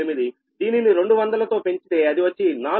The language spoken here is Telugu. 02078 దీనిని రెండు వందల తో పెంచితే అది వచ్చి 4